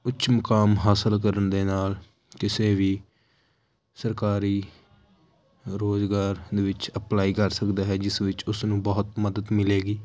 ਕੁਛ ਮੁਕਾਮ ਹਾਸਲ ਕਰਨ ਦੇ ਨਾਲ ਕਿਸੇ ਵੀ ਸਰਕਾਰੀ ਰੁਜ਼ਗਾਰ ਦੇ ਵਿੱਚ ਅਪਲਾਈ ਕਰ ਸਕਦਾ ਹੈ ਜਿਸ ਵਿੱਚ ਉਸਨੂੰ ਬਹੁਤ ਮਦਦ ਮਿਲੇਗੀ